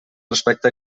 respecte